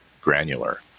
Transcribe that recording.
granular